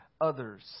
others